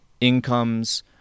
incomes